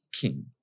king